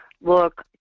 look